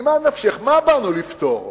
ממה נפשך, מה באנו לפתור,